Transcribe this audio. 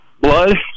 blood